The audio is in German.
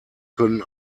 können